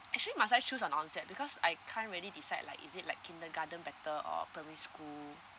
actually must I choose on one side because I can't really decide like is it like kindergarten better or primary school